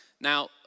Now